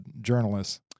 journalists